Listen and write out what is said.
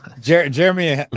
Jeremy